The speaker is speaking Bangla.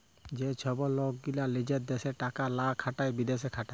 যে ছব লক গীলা লিজের দ্যাশে টাকা লা খাটায় বিদ্যাশে খাটায়